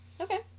Okay